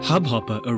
Hubhopper